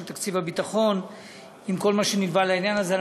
תקציב הביטחון וכל מה שנלווה לעניין הזה,